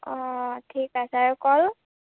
অঁ ঠিক আছে আৰু কল